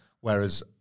whereas